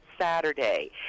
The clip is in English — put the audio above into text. Saturday